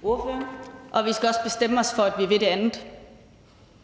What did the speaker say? Kl. 13:51 Fjerde næstformand